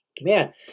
Man